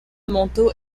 montaut